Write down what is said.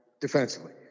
defensively